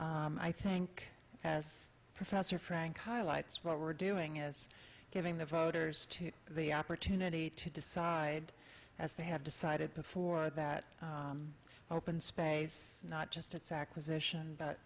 i think as professor frank highlights what we're doing is giving the voters to the opportunity to decide as they have decided before that open space not just its acquisition but